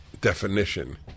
definition